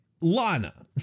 Lana